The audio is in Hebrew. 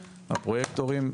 הפרויקטים,